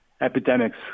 epidemics